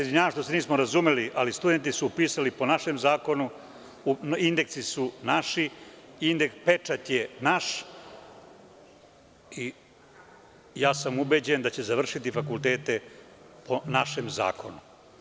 Izvinjavam se što se nismo razumeli, ali, studenti su pisali po našem zakonu, indeksi su naši, pečat je naš i ja sam ubeđen da će završiti fakultete po našem zakonu.